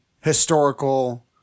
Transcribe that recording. historical